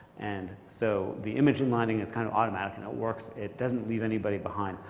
and so, the image inlining is kind of automatic and it works. it doesn't leave anybody behind.